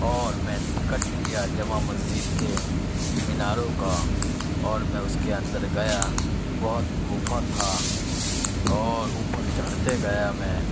اور میں ٹکٹ لیا جامع مسجد کے میناروں کا اور میں اس کے اندر گیا بہت گپھا تھا اور اوپر چڑھتے گیا میں